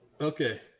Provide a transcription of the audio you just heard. Okay